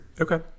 okay